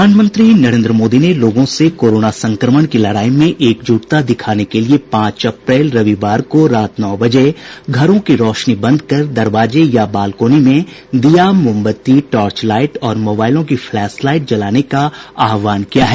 प्रधानमंत्री नरेंद्र मोदी ने लोगों से कोरोना संक्रमण की लड़ाई में एकजुटता दिखाने के लिये पांच अप्रैल रविवार को रात नौ बजे घरों की रौशनी बंद कर दरवाजे या बालकोनी में दीया मोमबत्ती टॉर्च लाइट और माबाईलों की फ्लैश लाईट जलाने का आहवान किया है